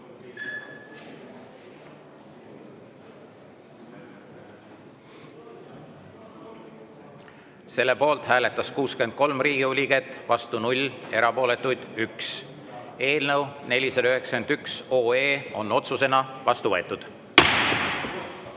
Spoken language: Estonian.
Selle poolt hääletas 63 Riigikogu liiget, vastu 0, erapooletuid oli 1. Eelnõu 491 on otsusena vastu võetud.